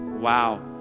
wow